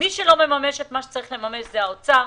מי שלא מממש את מה שצריך לממש זה משרד האוצר.